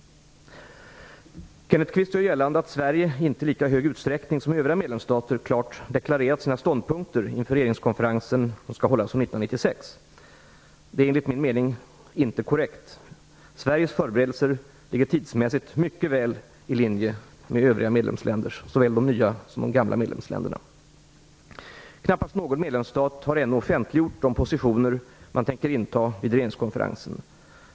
Kenneth Kvist gör gällande att Sverige inte i lika hög utsträckning som övriga medlemsstater klart deklarerat sina ståndpunkter inför regeringskonferensen 1996. Det är enligt min mening inte korrekt. Sveriges förberedelser ligger tidsmässigt mycket väl i linje med övriga medlemsländers, såväl de nya som de gamla. Knappast någon medlemsstat har ännu offentliggjort de positioner man tänker inta vid regeringskonferensen.